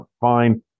fine